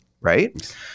right